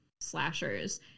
slashers